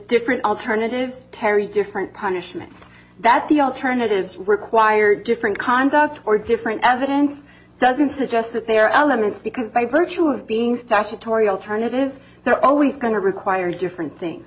different alternatives terry different punishments that the alternatives require different conduct or different evidence doesn't suggest that they are elements because by virtue of being statutory alternatives they're always going to require different things